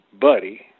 Buddy